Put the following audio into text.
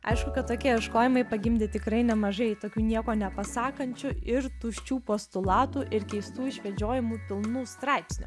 aišku kad tokie ieškojimai pagimdė tikrai nemažai tokių nieko nepasakančių ir tuščių postulatų ir keistų išvedžiojimų pilnų straipsnių